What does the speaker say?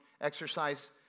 exercise